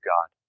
God